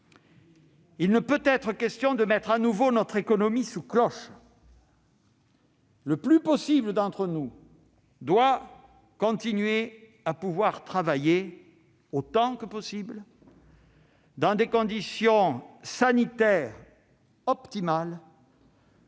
Il ne peut être question de mettre de nouveau notre économie sous cloche. Le plus grand nombre d'entre nous doit continuer à pouvoir travailler, autant que possible, dans des conditions sanitaires optimales,